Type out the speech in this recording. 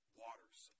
waters